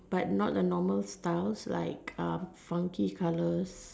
but not the normal styles like um funky colors